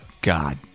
God